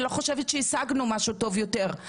אני לא חושבת שהשגנו משהו טוב יותר.